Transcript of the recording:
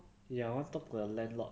ya I want to talk to the landlord